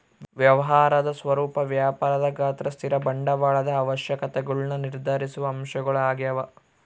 ವ್ಯವಹಾರದ ಸ್ವರೂಪ ವ್ಯಾಪಾರದ ಗಾತ್ರ ಸ್ಥಿರ ಬಂಡವಾಳದ ಅವಶ್ಯಕತೆಗುಳ್ನ ನಿರ್ಧರಿಸುವ ಅಂಶಗಳು ಆಗ್ಯವ